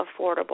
affordable